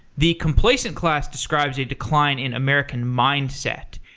the complacent class describes a decline in american mindset,